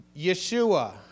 Yeshua